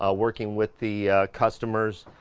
ah working with the customers,